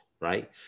right